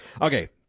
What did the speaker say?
okay